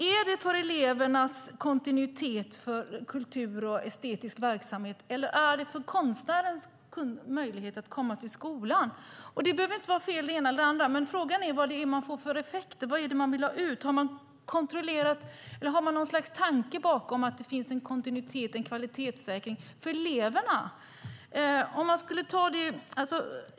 Är det för elevernas kontinuitet när det gäller kultur och estetisk verksamhet, eller är det för konstnärens möjlighet att komma till skolan? Det behöver inte vara fel, det ena eller det andra. Men frågan är vad man får för effekter. Vad är det man vill ha ut? Har man något slags tanke bakom detta, att det finns en kontinuitet, en kvalitetssäkring, för eleverna?